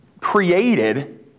created